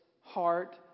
heart